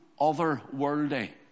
otherworldly